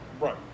Right